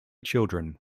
children